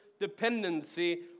dependency